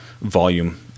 volume